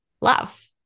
love